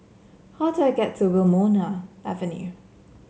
how do I get to Wilmonar Avenue